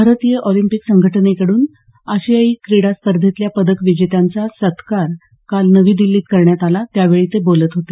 भारतीय ऑलिंपिक संघटनेकडून आशियाई क्रीडा स्पर्धेतल्या पदक विजेत्यांचा सत्कार काल नवी दिछीत करण्यात आला त्यावेळी ते बोलत होते